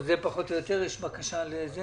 הצעות לסדר, בבקשה.